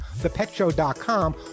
thepetshow.com